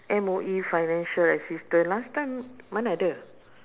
M_O_E financial assistance last time mana ada